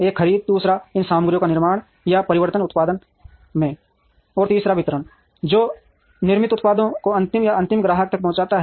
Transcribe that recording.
एक खरीद है दूसरा इन सामग्रियों का निर्माण या परिवर्तन उत्पादों में है और तीसरा वितरण है जो निर्मित उत्पादों को अंतिम या अंतिम ग्राहक तक पहुंचाना है